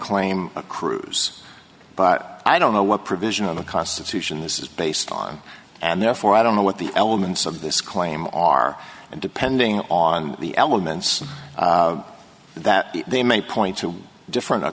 claim a cruise but i don't know what provision of the constitution this is based on and therefore i don't know what the elements of this claim are and depending on the elements that they may point to different a